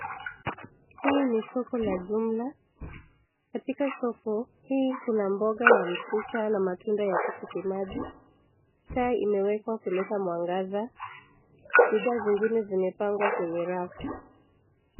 Hii ni soko la jumla. Katika soko hii kuna mboga ya mchicha na matunda ya tikiti maji. Taa imewekwa kuleta mwangaza. Bidhaa zingine zimepangwa kwenye rafu.